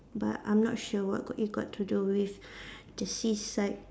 but I'm not sure what it got to do with the seaside